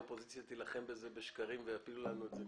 האופוזיציה תילחם בזה בשקרים ויפילו לנו את זה,